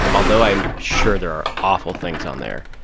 although i'm sure there are awful things on there.